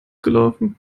gelaufen